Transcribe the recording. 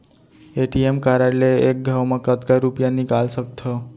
ATM card ले एक घव म कतका रुपिया निकाल सकथव?